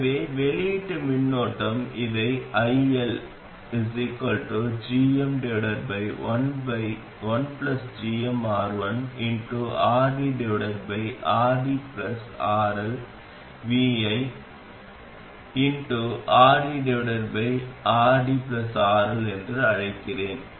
எனவே வெளியீட்டு மின்னோட்டம் இதை iL iLgm1gmR1RDRDRLvi RDRDRL என்று அழைக்கிறேன்